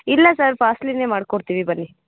ಇಲ್ಲ ಸರ್ ಫಾಸ್ಟ್ಲೀನೇ ಮಾಡಿಕೊಡ್ತೀವಿ ಬನ್ನಿ